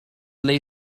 lay